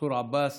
מנסור עבאס,